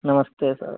नमस्ते सर